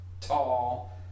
tall